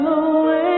away